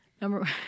Number